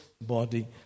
body